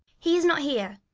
he is not here,